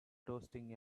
toasting